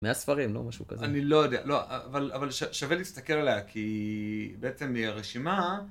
מהספרים, לא משהו כזה. אני לא יודע, אבל שווה להסתכל עליה, כי בעצם מהרשימה...